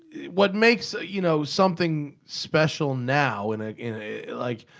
what makes ah you know, something special now? in ah in a like.